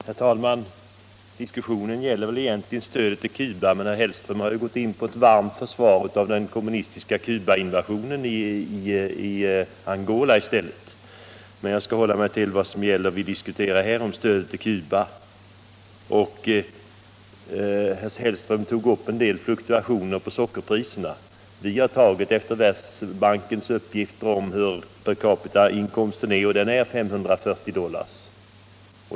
Herr talman! Diskussionen gäller egentligen stödet till Cuba, men herr Hellström har gått in på ett varmt försvar av den kommunistiska kubanska invasionen i Angola i stället. Jag skall dock hålla mig till det vi diskuterar här, nämligen stödet ull Cuba. Herr Hellström tog upp en del fluktuationer på sockerpriserna. Vi har utgått från Världsbankens uppgifter om per capita-inkomsten på Cuba, och den är 540 dollar.